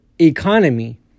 economy